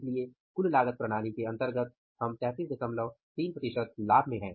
इसलिए कुल लागत प्रणाली के अंतर्गत हम 333 प्रतिशत लाभ में हैं